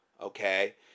Okay